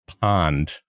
pond